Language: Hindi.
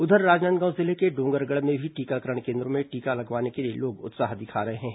उधर राजनांदगांव जिले के डोंगरगढ़ में भी टीकाकरण केन्द्रों में टीका लगवाने के लिए लोग उत्साह दिखा रहे हैं